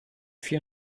vier